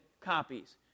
copies